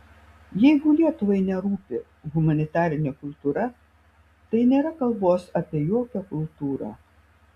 jeigu lietuvai nerūpi humanitarinė kultūra tai nėra kalbos apie jokią kultūrą